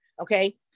okay